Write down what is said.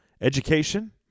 education